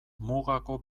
mugako